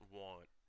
want